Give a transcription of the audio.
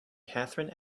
kathrine